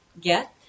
get